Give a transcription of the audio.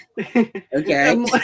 Okay